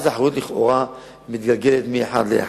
אז האחריות לכאורה מתגלגלת מאחד לאחד.